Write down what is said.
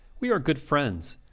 we are good friends.